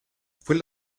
fue